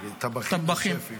טבחים.